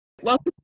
Welcome